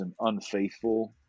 unfaithful